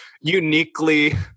uniquely